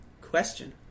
question